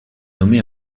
nommée